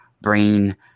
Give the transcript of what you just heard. brain